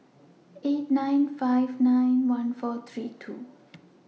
eight nine five nine one four three two